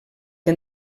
que